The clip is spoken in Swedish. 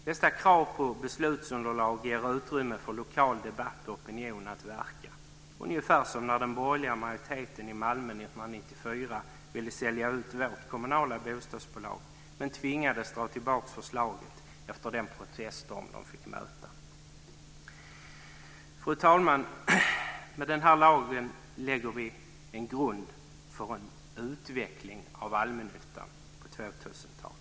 Dessa krav på beslutsunderlag ger utrymme för lokal debatt och opinion att verka, ungefär som när den borgerliga majoriteten i Malmö 1994 ville sälja ut vårt kommunala bostadsbolag men tvingades dra tillbaka förslaget efter den proteststorm som man fick möta. Fru talman! Med den här lagen lägger vi en grund för en utveckling av allmännyttan på 2000-talet.